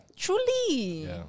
Truly